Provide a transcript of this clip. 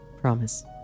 Promise